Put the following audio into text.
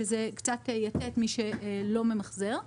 וזה קצת יטה את מי שלא ממחזר.